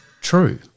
true